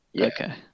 Okay